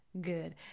good